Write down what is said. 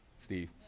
Steve